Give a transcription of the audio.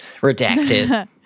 Redacted